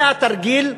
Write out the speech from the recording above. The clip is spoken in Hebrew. זה התרגיל.